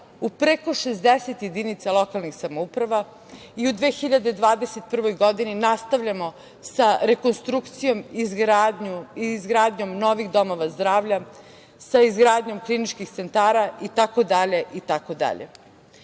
u preko 60 jedinica lokalnih samouprava.U 2021. godini, nastavljamo sa rekonstrukcijom i izgradnjom novih domova zdravlja, sa izgradnjom kliničkih centara itd. Kada